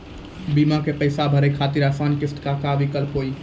बीमा के पैसा भरे खातिर आसान किस्त के का विकल्प हुई?